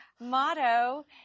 motto